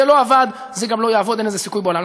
זה לא עבד, זה גם לא יעבוד, אין לזה סיכוי בעולם.